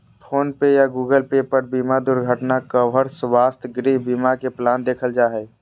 phone पे या Google Pay पर बीमा दुर्घटना कवर, स्वास्थ्य, गृह बीमा के प्लान देखल जा हय